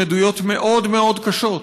הן עדויות מאוד מאוד קשות,